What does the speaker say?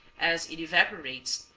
as it evaporates,